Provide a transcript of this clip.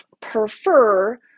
prefer